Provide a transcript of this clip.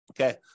Okay